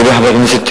לגבי חבר הכנסת,